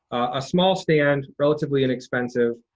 a small stand, relatively inexpensive,